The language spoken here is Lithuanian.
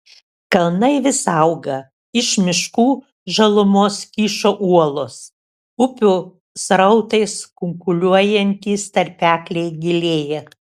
kalnai vis auga iš miškų žalumos kyšo uolos upių srautais kunkuliuojantys tarpekliai gilėja